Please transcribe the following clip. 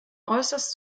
äußerst